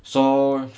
so